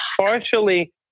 Partially